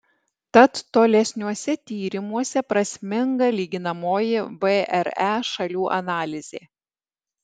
tad tolesniuose tyrimuose prasminga lyginamoji vre šalių analizė